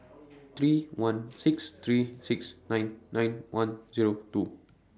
three one six three six nine nine one Zero two